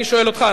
אני שואל אותך,